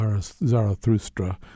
Zarathustra